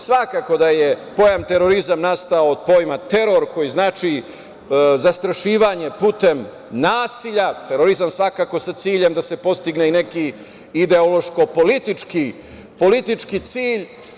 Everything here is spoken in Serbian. Svakako da je pojam terorizam nastao od pojma teror koji znači zastrašivanje putem nasilja, terorizma svako sa ciljem da se postigne i neki ideološko politički cilj.